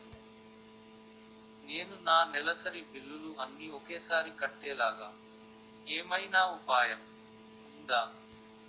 నేను నా నెలసరి బిల్లులు అన్ని ఒకేసారి కట్టేలాగా ఏమైనా ఉపాయం ఉందా?